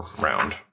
round